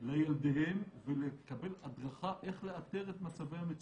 לילדיהם ולקבל הדרכה איך לאתר את מצבי המצוקה.